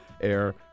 Air